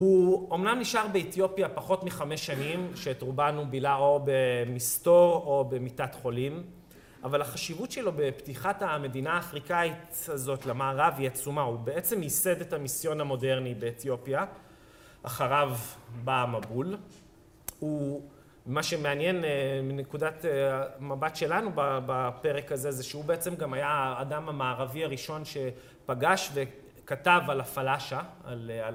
הוא אומנם נשאר באתיופיה פחות מחמש שנים שאת רובן בילה או במסתור או במיטת חולים, אבל החשיבות שלו בפתיחת המדינה האפריקאית הזאת למערב היא עצומה הוא בעצם ייסד את המיסיון המודרני באתיופיה אחריו בא המבול הוא מה שמעניין מנקודת המבט שלנו בפרק הזה שהוא בעצם גם היה האדם המערבי הראשון שפגש וכתב על הפלאשה על